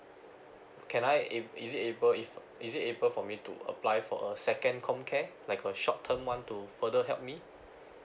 can I if is it able if is it able for me to apply for a second com care like a short term one to further help me